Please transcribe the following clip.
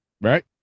right